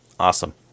Awesome